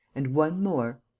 and one more.